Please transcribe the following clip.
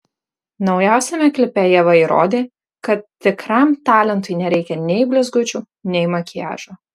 naujausiame klipe ieva įrodė kad tikram talentui nereikia nei blizgučių nei makiažo